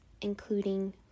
including